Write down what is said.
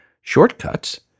shortcuts